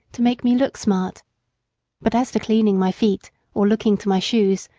to make me look smart but as to cleaning my feet or looking to my shoes,